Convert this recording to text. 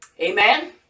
Amen